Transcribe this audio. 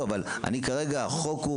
הרופאים,